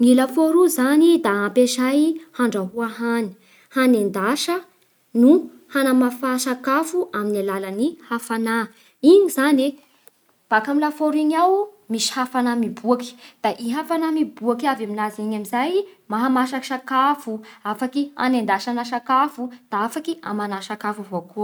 Ny lafaoro io zany da ampiasay handrahoa hany, hanendasa no hanamafa sakafo amin'ny alalan'ny hafanà. Igny zany e baka amin'ny lafaoro igny ao misy hafana miboaky, da i hafana miboaky avy aminazy igny amin'izay mahamasaky sakafo, afaky hanendasana sakafo, da afaky amanà sakafo avao koa.